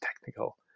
technical